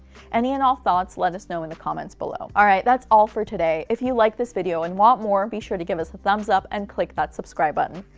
any and all thoughts, let us know in the comments below. all right, that's all for today. if you like this video and want more, be sure to give us a thumbs up and click that subscribe button.